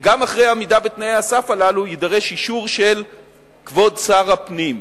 גם אחרי עמידה בתנאי הסף הללו יידרש אישור של כבוד שר הפנים.